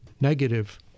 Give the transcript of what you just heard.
negative